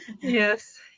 Yes